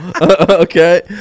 okay